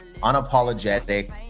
unapologetic